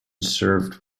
served